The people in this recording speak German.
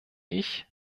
ich